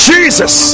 Jesus